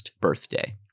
birthday